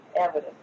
evidence